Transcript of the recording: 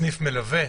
סניף מלווה,